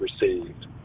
received